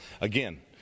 again